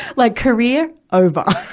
like career over.